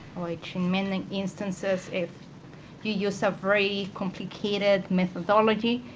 which, in many instances, if you use a very complicated methodology,